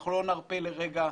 אנחנו לא נרפה לרגע,